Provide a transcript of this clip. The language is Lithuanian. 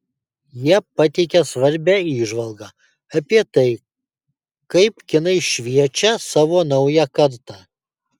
jie pateikia svarbią įžvalgą apie tai kaip kinai šviečia savo naują kartą